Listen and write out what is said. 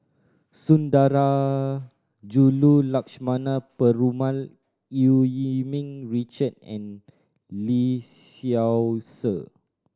Sundarajulu Lakshmana Perumal Eu Yee Ming Richard and Lee Seow Ser